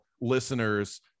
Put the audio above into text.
listeners